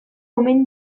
omen